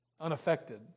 unaffected